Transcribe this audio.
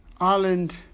Ireland